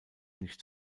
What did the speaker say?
nicht